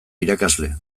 irakasle